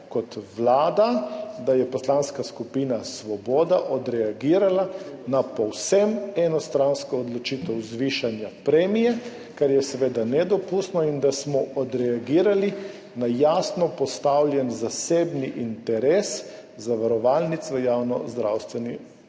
kot vlada, da je Poslanska skupina Svoboda odreagirala na povsem enostransko odločitev zvišanja premije, kar je seveda nedopustno, in da smo odreagirali na jasno postavljen zasebni interes zavarovalnic v javnozdravstveni